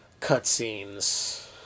cutscenes